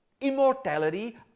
immortality